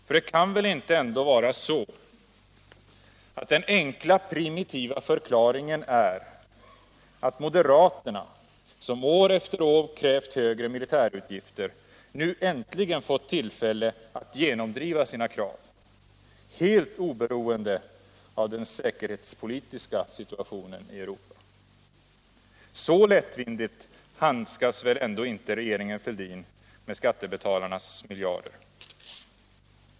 För det kan väl ändå inte vara så, att den enkla, primitiva förklaringen är att moderaterna, som år efter år krävt högre militärutgifter, nu äntligen fått tillfälle att genomdriva sina krav — helt oberoende av den säkerhetspolitiska situationen i Europa? Så lättvindigt handskas väl ändå inte regeringen Fälldin med skattebetalarnas miljarder?